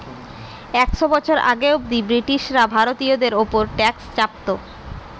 একশ বছর আগে অব্দি ব্রিটিশরা ভারতীয়দের উপর ট্যাক্স চাপতো